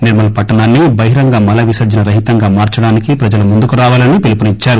నిర్మల్ పట్ణాన్ని బహిరంగ మల విసర్హన రహితంగా మార్చడానికి ప్రజలు ముందుకు రావాలని పిలుపునిచ్చారు